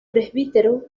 presbiterio